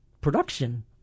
production